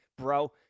bro